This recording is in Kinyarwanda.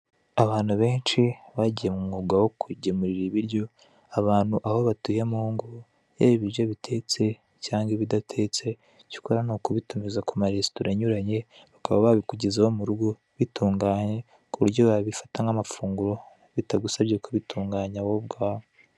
Abantu benshi bagiye mu mwuga wo kugemurira ibiryo abantu aho batuye mu ngo, yaba ibiryo bitetse cyangwa ibidatetse, icyo ukora ni ukubitumiza ku maresitora anyuranye, bakaba babikugezaho mu rugo, bitunganye, ku buryo wabifata nk'amafunguro, bitagusabye kubitunganya wowe ubwawe.